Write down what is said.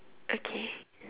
okay